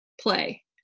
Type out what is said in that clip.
play